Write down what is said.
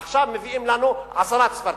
עכשיו מביאים לנו עשר צפרדעים.